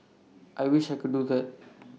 I wish I could do that